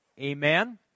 Amen